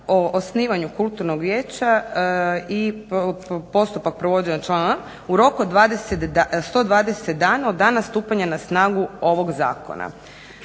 o osnivanju kulturnog vijeća i postupak provođenja u roku od 120 dana od dana stupanja na snagu ovog zakona.